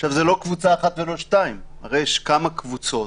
לא מדובר בקבוצה אחת או שתיים כי הרי יש כמה קבוצות,